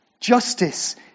Justice